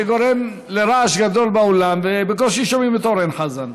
זה גורם לרעש גדול באולם ובקושי שומעים את אורן חזן.